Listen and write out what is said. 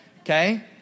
okay